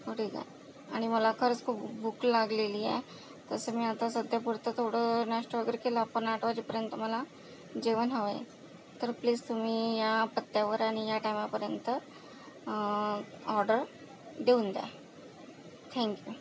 हो ठीक आहे आणि मला खरंच खूप भूक लागलेली आहे तसं मी आता सध्यापुरतं थोडं नाष्टा वगैरे केला पण आठ वाजेपर्यंत मला जेवण हवंय तर प्लीज तुम्ही ह्या पत्यावर आणि ह्या टाइमापर्यंत ऑर्डर देऊन द्या थॅंक यू